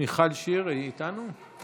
מיכל שיר, היא איתנו?